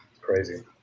Crazy